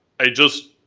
i just